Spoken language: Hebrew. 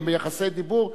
הם ביחסי דיבור,